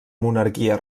monarquia